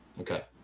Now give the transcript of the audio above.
Okay